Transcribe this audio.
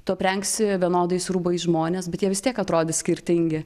tu aprengsi vienodais rūbais žmones bet jie vis tiek atrodys skirtingi